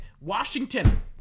Washington